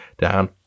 down